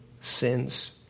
sins